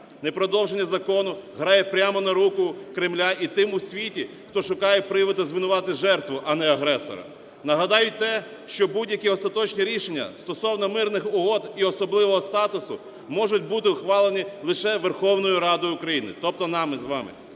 Непродовження закону грає прямо на руку Кремля і тим у світі, хто шукає приводи звинуватити жертву, а не агресора. Нагадаю й те, що будь-які остаточні рішення стосовно мирних угод і особливого статусу можуть бути ухвалені лише Верховною Радою України, тобто нами з вами,